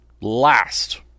Last